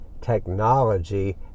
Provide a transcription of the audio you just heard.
technology